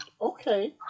okay